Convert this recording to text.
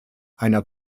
einer